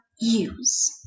use